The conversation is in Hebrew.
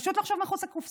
פשוט עם לחשוב מחוץ לקופסה,